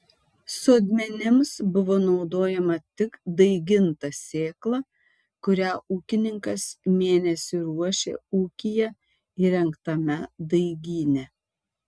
sodmenims buvo naudojama tik daiginta sėkla kurią ūkininkas mėnesį ruošė ūkyje įrengtame daigyne